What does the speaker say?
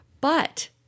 But-